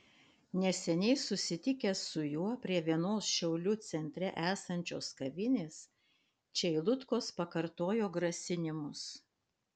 neseniai susitikę su juo prie vienos šiaulių centre esančios kavinės čeilutkos pakartojo grasinimus